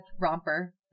romper